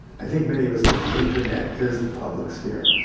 i think many of us think the internet is the public sphere